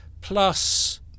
Plus